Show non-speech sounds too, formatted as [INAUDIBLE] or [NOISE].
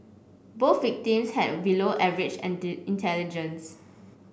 both victims have below average [UNINTELLIGIBLE] intelligence